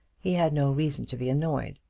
he had no reason to be annoyed.